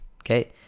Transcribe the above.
okay